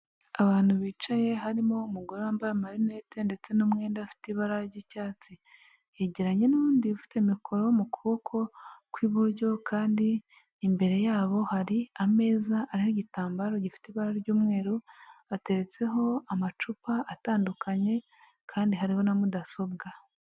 Abantu bicaye, harimo umugore wambaye amarinete ndetse n'umwenda afite ibara ry'icyatsi, yegeranye n'ubundi ufite mikoro mu kuboko kw'iburyo kandi imbere yabo hari ameza ari igitambaro gifite ibara ry'umweru, ateretseho amacupa atandukanye, kandi hariho na mudasobwa.